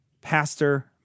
Pastor